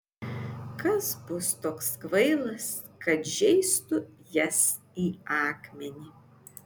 kas bus toks kvailas kad žeistų jas į akmenį